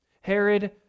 Herod